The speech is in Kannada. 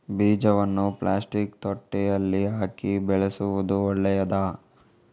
ಬೀಜವನ್ನು ಪ್ಲಾಸ್ಟಿಕ್ ತೊಟ್ಟೆಯಲ್ಲಿ ಹಾಕಿ ಬೆಳೆಸುವುದು ಒಳ್ಳೆಯದಾ?